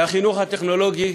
שהחינוך הטכנולוגי